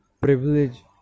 privilege